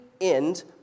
end